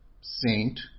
Saint